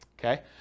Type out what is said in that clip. Okay